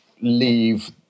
leave